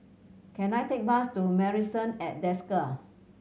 can I take bus to Marrison at Desker